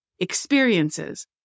Experiences